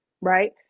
right